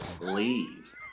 leave